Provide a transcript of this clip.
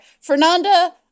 Fernanda